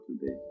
today